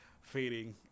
fading